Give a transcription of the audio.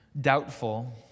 doubtful